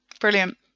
Brilliant